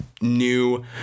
new